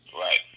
Right